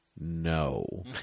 no